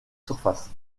surface